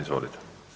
Izvolite.